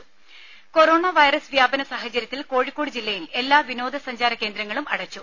ദേദ corona virus വ്യാപന സാഹചര്യത്തിൽ കോഴിക്കോട് ജില്ലയിൽ എല്ലാ വിനോദ സഞ്ചാര കേന്ദ്രങ്ങളും അടച്ചു